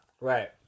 Right